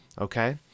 Okay